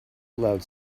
allowed